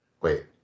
Wait